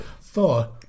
Thor